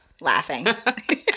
laughing